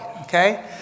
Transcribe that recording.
okay